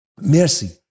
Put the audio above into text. mercy